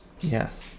Yes